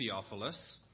Theophilus